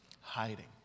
hiding